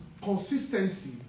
consistency